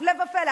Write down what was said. הפלא ופלא.